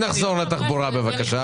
נניח אותו בשבועות הקרובים בכנסת.